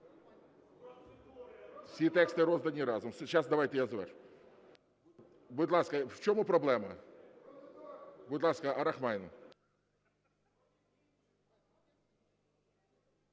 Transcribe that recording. Всі тексти роздані разом. Давайте я завершу. Будь ласка, в чому проблема? Будь ласка, Рахманін.